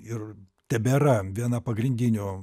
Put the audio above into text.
ir tebėra viena pagrindinių